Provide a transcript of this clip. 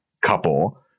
couple